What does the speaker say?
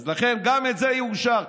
לכן גם זה יאושר.